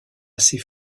assez